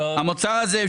המוצא הזה,